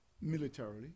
militarily